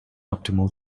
optimal